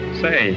say